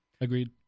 Agreed